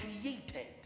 created